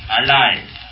alive